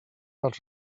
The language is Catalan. dels